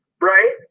right